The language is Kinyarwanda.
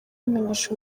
bamenyesha